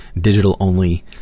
digital-only